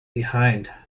behind